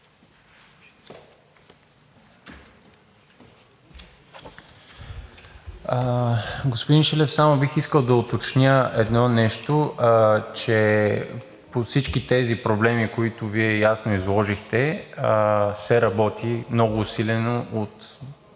Шилев, само бих искал да уточня едно нещо, че по всички тези проблеми, които Вие ясно изложихте, се работи много усилено от